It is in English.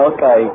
Okay